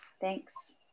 Thanks